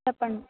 చెప్పండి